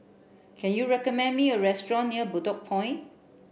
can you recommend me a restaurant near Bedok Point